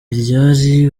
ryari